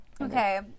Okay